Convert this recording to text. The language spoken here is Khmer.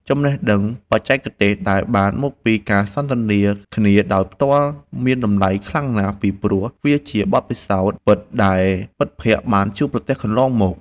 ចំណេះដឹងបច្ចេកទេសដែលបានមកពីការសន្ទនាគ្នាដោយផ្ទាល់មានតម្លៃខ្លាំងណាស់ ពីព្រោះ វាជាបទពិសោធន៍ពិតដែលមិត្តភក្តិបានជួបប្រទះកន្លងមក។